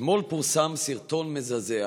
אתמול פורסם סרטון מזעזע